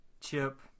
Chip